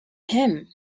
him